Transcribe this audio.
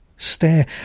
Stare